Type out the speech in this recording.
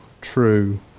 true